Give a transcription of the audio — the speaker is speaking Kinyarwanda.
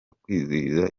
kwizihiza